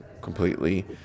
completely